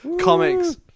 comics